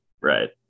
Right